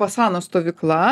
pasano stovykla